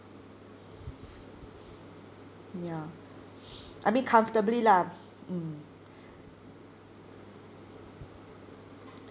ya I mean comfortably lah mm